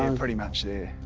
um pretty much, yeah.